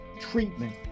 treatment